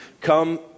come